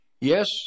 Yes